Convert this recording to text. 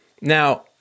Now